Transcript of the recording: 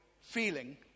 feeling